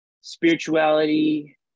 spirituality